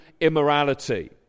immorality